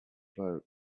float